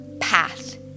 path